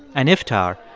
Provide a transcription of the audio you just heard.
an iftar,